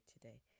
today